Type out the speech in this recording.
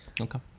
Okay